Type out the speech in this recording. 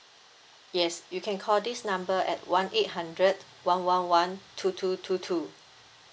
yes you can call this number at one eight hundred one one one two two two two